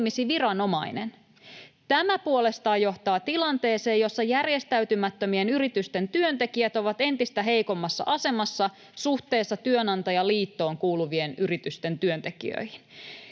Tämä puolestaan johtaa tilanteeseen, jossa järjestäytymättömien yritysten työntekijät ovat entistä heikommassa asemassa suhteessa työnantajaliittoon kuuluvien yritysten työntekijöihin.